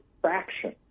fraction